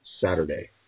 Saturday